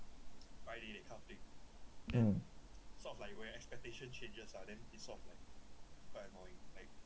mm